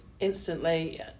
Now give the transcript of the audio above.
instantly